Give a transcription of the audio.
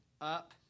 up